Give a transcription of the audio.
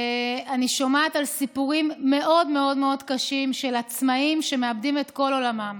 אני שומעת סיפורים מאוד מאוד מאוד קשים של עצמאים שמאבדים את כל עולמם.